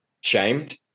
Shamed